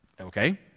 okay